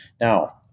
Now